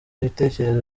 ibitekerezo